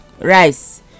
rice